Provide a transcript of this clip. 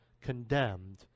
condemned